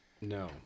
No